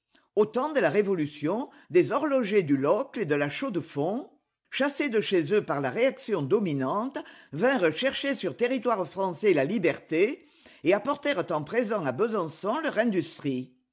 au temps de la révolution des horlogers du locle et de la chaux de fonds chassés de chez eux par la réaction dominante vinrent chercher sur territoire français la liberté et apportèrent en présent à besançon leur industrie